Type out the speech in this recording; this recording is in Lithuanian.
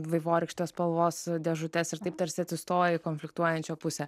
vaivorykštės spalvos dėžutes ir taip tarsi atsistoja į konfliktuojančią pusę